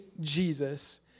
Jesus